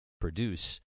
produce